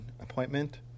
appointment